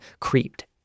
creeped